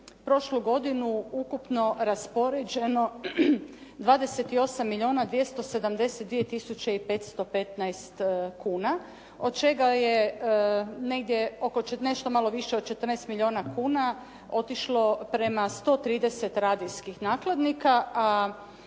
prošlu godinu ukupno raspoređeno 28 milijona 272 tisuće i 515 kuna, od čega je negdje, nešto malo više od 14 milijona kuna otišlo prema 130 radijskih nakladnika,